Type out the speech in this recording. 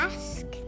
Ask